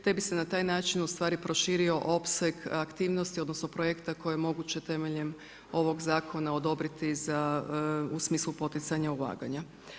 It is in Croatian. Te bi se na taj način ustvari proširio opseg aktivnosti, odnosno, projekta koji je moguće temeljem ovog zakona odobriti za u smislu poticanja ulaganja.